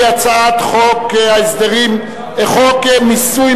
בחוק ההסדרים זה יהיה, נכון.